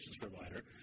provider